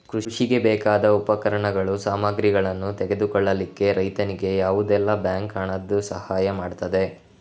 ಕೃಷಿಗೆ ಬೇಕಾದ ಉಪಕರಣಗಳು, ಸಾಮಗ್ರಿಗಳನ್ನು ತೆಗೆದುಕೊಳ್ಳಿಕ್ಕೆ ರೈತನಿಗೆ ಯಾವುದೆಲ್ಲ ಬ್ಯಾಂಕ್ ಹಣದ್ದು ಸಹಾಯ ಮಾಡ್ತದೆ?